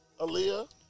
Aaliyah